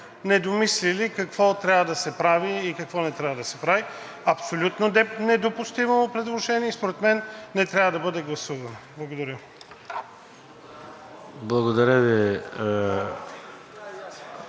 недомислили какво трябва да се прави и какво не трябва да се прави. Абсолютно недопустимо предложение и според мен не трябва да бъде гласувано. Благодаря.